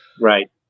Right